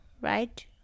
right